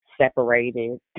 separated